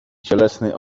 cielesny